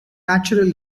natural